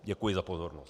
Děkuji za pozornost.